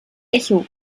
echo